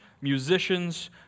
musicians